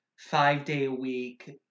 five-day-a-week